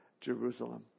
Jerusalem